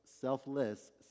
selfless